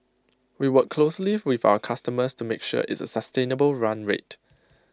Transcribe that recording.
we work closely with our customers to make sure it's A sustainable run rate